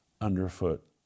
underfoot